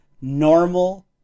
normal